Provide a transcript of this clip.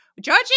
judging